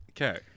Okay